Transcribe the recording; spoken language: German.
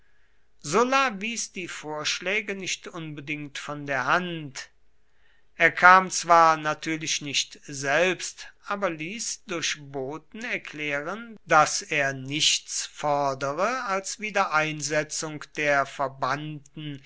sulla wies die vorschläge nicht unbedingt von der hand er kam zwar natürlich nicht selbst aber ließ durch boten erklären daß er nichts fordere als wiedereinsetzung der verbannten